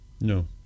No